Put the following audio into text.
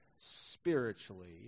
Spiritually